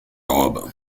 robe